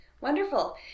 Wonderful